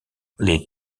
les